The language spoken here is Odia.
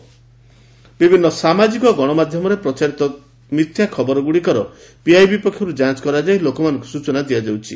ପିଆଇବି ଫ୍ୟାକୁ ଚେକ୍ ବିଭିନ୍ନ ସାମାଜିକ ଗଣମାଧ୍ୟରେ ପ୍ରଚାରିତ ମିଥ୍ୟା ଖବରଗୁଡ଼ିକର ପିଆଇବି ପକ୍ଷରୁ ଯାଞ୍ଚ କରାଯାଇ ଲୋକମାନଙ୍କୁ ସୂଚନା ଦିଆଯାଉଛି